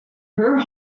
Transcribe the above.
her